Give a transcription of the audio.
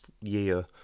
year